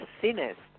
thinnest